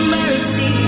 mercy